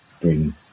bring